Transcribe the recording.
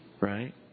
Right